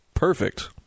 Perfect